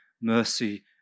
mercy